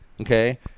Okay